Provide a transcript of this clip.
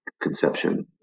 conception